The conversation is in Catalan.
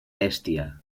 bèstia